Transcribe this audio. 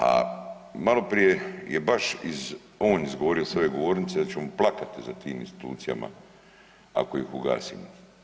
A maloprije je baš on izgovorio s ove govornice da ćemo plakati za tim institucijama ako ih ugasimo.